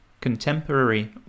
contemporary